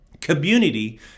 Community